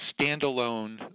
standalone